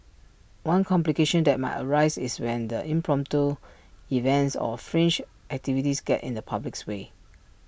one complication that might arise is when the impromptu events or fringe activities get in the public's way